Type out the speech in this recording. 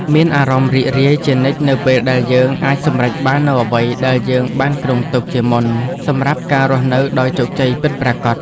មានអារម្មណ៍រីករាយជានិច្ចនៅពេលដែលយើងអាចសម្រេចបាននូវអ្វីដែលយើងបានគ្រោងទុកជាមុនសម្រាប់ការរស់នៅដោយជោគជ័យពិតប្រាកដ។